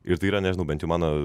ir tai yra nežinau bent jau mano